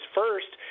first